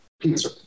pizza